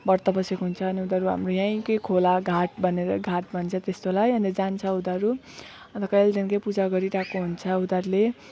व्रत बसेको हुन्छ उनीहरू हाम्रो यहीँ कै खोला घाट भनेर घाट भन्छ त्यस्तोलाई अन्त जान्छ उनीहरू अनि कहिलेदेखिकै पूजा गरिरहेको हुन्छ उनीहरूले